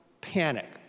panic